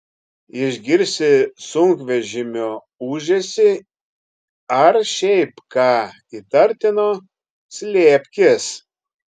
išgirsi sunkvežimio ūžesį ar šiaip ką įtartino slėpkis